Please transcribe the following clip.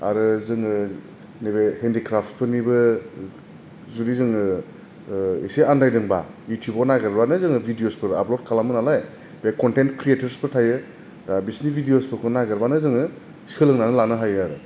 आरो जोङो नैबे हेनदिख्राप्तफोरनिबो जुदि जोङो एसे आनदायदोंबा इउथुबाव नागिरब्लानो जोङो भिदिअसफोर आफलद खालामो नालाय बे खनथेन्थ खृएथरसफोर थायो बिसोरनि भिदिअसफोरखौ नागिरबानो जोङो सोलोंनानै लानो हायो आरो